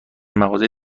مغازه